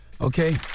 Okay